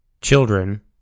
children